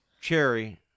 cherry